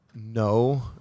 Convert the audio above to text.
no